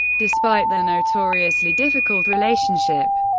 despite their notoriously difficult relationship,